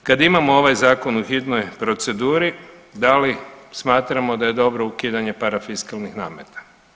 I sada kad imamo ovaj zakon u hitnoj proceduri, da li smatramo da je dobro ukidanje parafiskalnih nameta?